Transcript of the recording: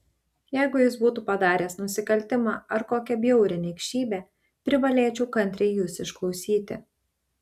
jeigu jis būtų padaręs nusikaltimą ar kokią bjaurią niekšybę privalėčiau kantriai jus išklausyti